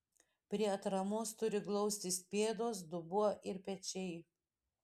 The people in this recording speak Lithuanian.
prie atramos turi glaustis pėdos dubuo ir pečiai